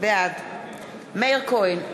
בעד מאיר כהן,